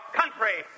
country